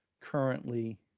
currently